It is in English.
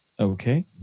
Okay